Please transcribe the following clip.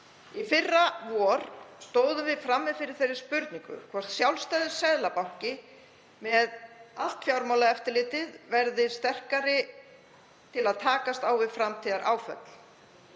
Í fyrravor stóðum við frammi fyrir þeirri spurningu hvort sjálfstæður seðlabanki með allt fjármálaeftirlitið yrði sterkari til að takast á við framtíðaráföll.